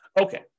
Okay